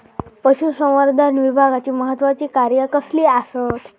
पशुसंवर्धन विभागाची महत्त्वाची कार्या कसली आसत?